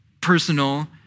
personal